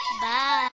Bye